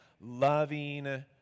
loving